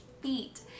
feet